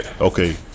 Okay